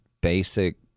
basic